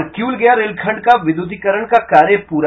और किउल गया रेलखण्ड का विद्युतीकरण का कार्य पूरा